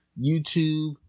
YouTube